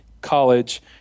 college